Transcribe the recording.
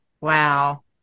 Wow